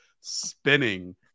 spinning